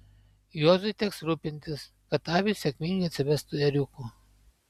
juozui teks rūpintis kad avys sėkmingai atsivestų ėriukų